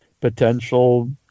potential